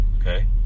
okay